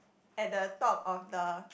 at the top of the